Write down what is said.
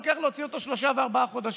לוקח להוציא אותו שלושה וארבעה חודשים.